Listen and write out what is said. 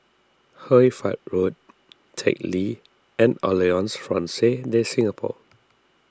Hoy Fatt Road Teck Lee and Alliance Francaise De Singapour